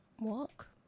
walk